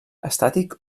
estàtic